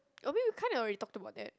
or maybe we kinda already talked about that